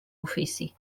ofici